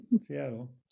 Seattle